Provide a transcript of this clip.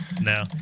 No